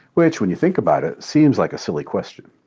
which when you think about it, seems like a silly question.